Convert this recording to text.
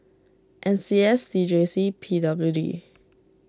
N C S C J C and P W D